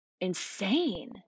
insane